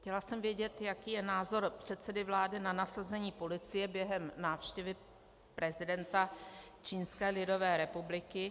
Chtěla jsem vědět, jaký je názor předsedy vlády na nasazení policie během návštěvy prezidenta Čínské lidové republiky.